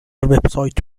وبسایت